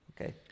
okay